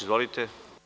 Izvolite.